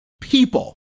people